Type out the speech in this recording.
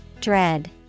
Dread